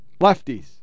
Lefties